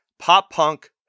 pop-punk